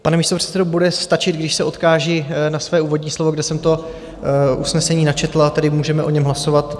Pane místopředsedo, bude stačit, když se odkážu na své úvodní slovo, kde jsem to usnesení načetl, a tedy můžeme o něm hlasovat?